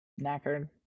Knackered